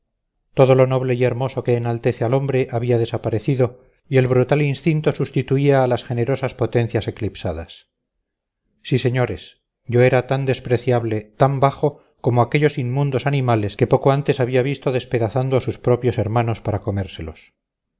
todo lo noble y hermoso que enaltece al hombre había desaparecido y el brutal instinto sustituía a las generosas potencias eclipsadas sí señores yo era tan despreciable tan bajo como aquellos inmundos animales que poco antes había visto despedazando a sus propios hermanos para comérselos